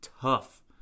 tough